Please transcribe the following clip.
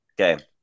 Okay